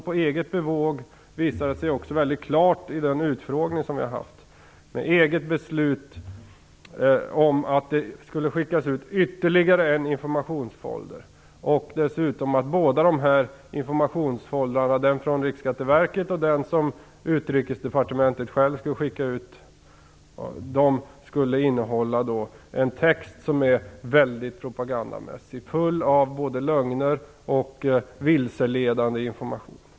På eget bevåg - det visade sig mycket klart i den utfrågning som vi har haft - fattade han ett eget beslut om att det skulle skickas ut ytterligare en informationsfolder och att båda dessa informationsfoldrarna, den från Riksskatteverket och den som Utrikesdepartementet självt skulle skicka ut, skulle innehålla en text som är mycket propagandamässig. Den är full av både lögner och vilseledande information.